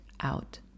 out